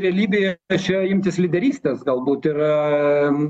realybėje kad čia imtis lyderystės galbūt ir